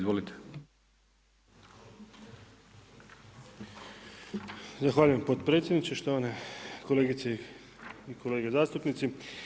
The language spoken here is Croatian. Zahvaljujem potpredsjedniče, štovane kolegice i kolege zastupnici.